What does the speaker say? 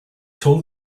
told